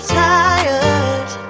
tired